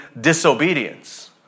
disobedience